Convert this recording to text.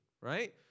right